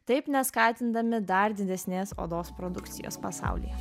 taip neskatindami dar didesnės odos produkcijos pasaulyje